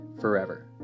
forever